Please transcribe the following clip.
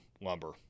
lumber